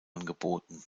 angeboten